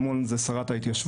אמונה על זה שרת ההתיישבות.